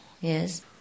yes